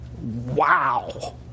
Wow